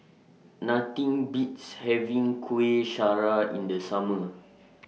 Nothing Beats having Kuih Syara in The Summer